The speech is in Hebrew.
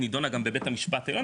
נידונה גם בבית המשפט העליון,